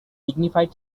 dignified